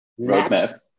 roadmap